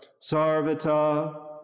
Sarvata